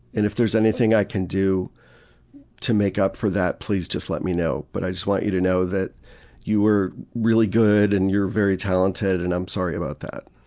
and if there's anything i can do to make up for that, please just let me know, but i just want you to know that you were really good and you're very talented, and i'm sorry about that.